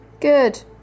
good